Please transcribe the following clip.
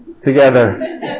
together